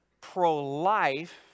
pro-life